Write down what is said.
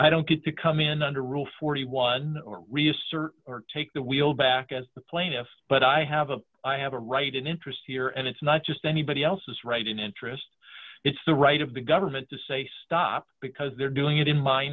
i don't get to come in under rule forty one or reassert or take the wheel back to the plaintiff but i have a i have a right an interest here and it's not just anybody else's right interest it's the right of the government to say stop because they're doing it in my